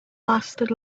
lasted